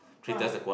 !wah!